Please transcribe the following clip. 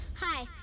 Hi